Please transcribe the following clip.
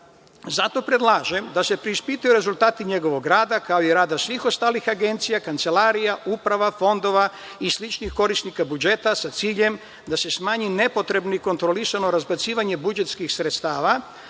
Predlažem da se preispitaju rezultati njegovog rada, kao i rada svih ostalih agencija, kancelarija, uprava, fondova i sličnih korisnika budžeta, a sa ciljem da se smanji nepotrebno i nekontrolisano razbacivanje budžetskih sredstava,